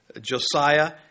Josiah